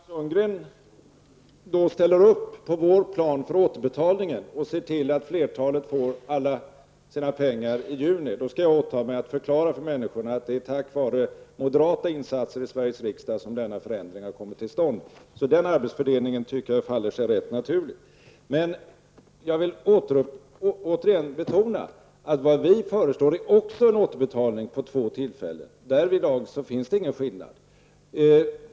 Fru talman! Om Roland Sundgren ställer upp på vår plan för återbetalningen och ser till att flertalet får alla sina pengar i juni, skall jag åta mig att förklara för människorna att det är tack vare moderata insatser i Sveriges riksdag som denna förändring har kommit till. Den arbetsfördelningen tycker jag faller sig rätt naturlig. Men jag vill återigen betona att vad vi föreslår är också en återbetalning fördelad på två tillfällen. Därvidlag finns det ingen skillnad.